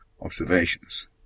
observations